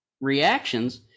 reactions